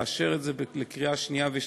לאשר את זה בקריאה שנייה ושלישית.